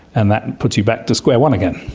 and that puts you back to square one again.